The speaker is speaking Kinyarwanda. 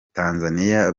tanzaniya